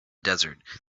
desert